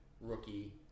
rookie